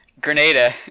Grenada